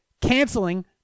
canceling